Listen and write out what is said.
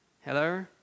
Hello